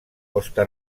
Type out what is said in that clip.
costa